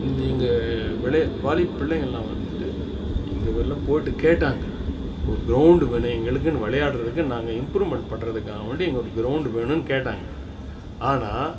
நீங்கள் விலையை வாலி பிள்ளைகள் எல்லாம் வந்துவிட்டு இங்கே வரையிலும் போட்டு கேட்டாங்க ஒரு க்ரௌண்டு வேணும் எங்களுக்குன்னு விளையாடுறதுக்கு நாங்கள் இம்ப்ரூவ்மெண்ட் பண்ணுறதுக்காக வேண்டி இங்கே ஒரு க்ரௌண்ட் வேணும்ன்னு கேட்டாங்க ஆனால்